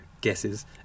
Guesses